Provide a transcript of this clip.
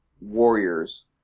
warriors